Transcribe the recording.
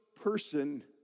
person